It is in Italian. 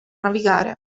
navigare